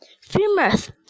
famous